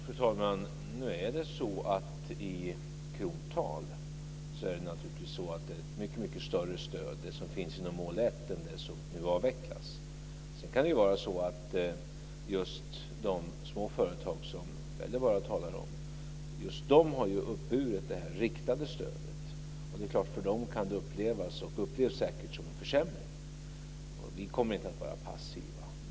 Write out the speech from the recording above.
Fru talman! I krontal är naturligtvis det stöd som finns inom mål 1 mycket större än det som nu avvecklas. Sedan kan det vara så att just de små företag som Wälivaara talar om har uppburit ett riktat stöd, och för dem upplevs det säkert som en försämring. Och vi kommer inte att vara passiva.